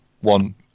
one